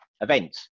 event